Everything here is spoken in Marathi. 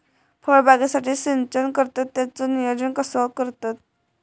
फळबागेसाठी सिंचन करतत त्याचो नियोजन कसो करतत?